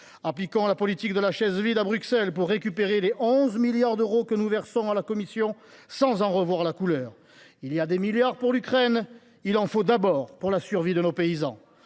Appliquons la politique de la chaise vide à Bruxelles pour récupérer les 11 milliards d’euros que nous versons à la Commission sans en revoir la couleur. Il y a des milliards pour l’Ukraine ;… Parlez en à Jordan Bardella… … il en faut d’abord pour la survie de nos paysans